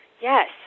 Yes